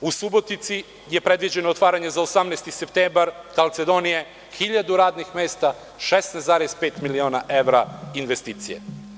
U Subotici je predviđeno otvaranje za 18. septembar „Kalcedonije“, 1.000 radnih mesta, 16,5 miliona evra investicije.